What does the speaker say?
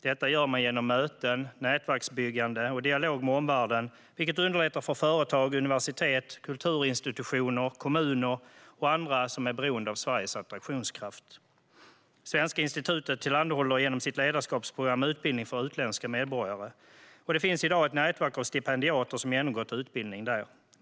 Detta gör man genom möten, nätverksbyggande och dialog med omvärlden, vilket underlättar för företag, universitet, kulturinstitutioner, kommuner och andra som är beroende av Sveriges attraktionskraft. Svenska institutet tillhandahåller genom sitt ledarskapsprogram utbildning för utländska medborgare, och det finns i dag ett nätverk av stipendiater som genomgått utbildning där.